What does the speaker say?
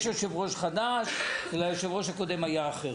יש יושב ראש חדש, אצל היושב ראש הקודם היה אחרת.